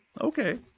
okay